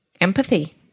Empathy